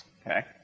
Okay